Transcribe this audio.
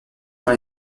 dans